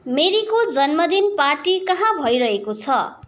मेरीको जन्मदिन पार्टी कहाँ भइरहेको छ